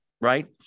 right